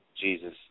Jesus